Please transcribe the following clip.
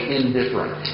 indifferent